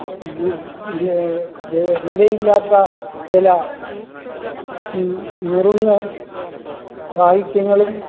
വിലയില്ലാത്ത ചില നുറുങ്ങ് സാഹിത്യങ്ങളും